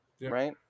Right